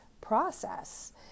process